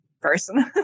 person